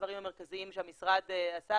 המרכזיים שהמשרד עשה,